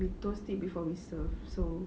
we toast it before we serve so